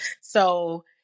So-